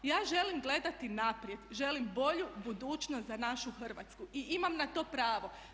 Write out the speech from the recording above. Ja želim gledati naprijed, želim bolju budućnost za našu Hrvatsku i imam na to pravo.